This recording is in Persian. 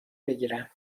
بگیرم